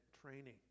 training